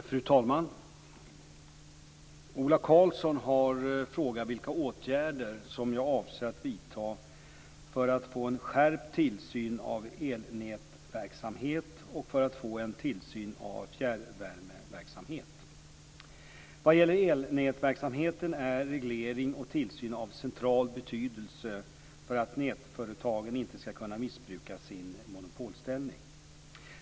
Fru talman! Ola Karlsson har frågat vilka åtgärder jag avser att vidta för att få en skärpt tillsyn av elnätverksamhet och för att få en tillsyn av fjärrvärmeverksamhet. Vad gäller elnätverksamheten är reglering och tillsyn av central betydelse för att nätföretagen inte skall kunna missbruka sin monopolställning.